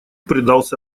предался